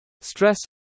stress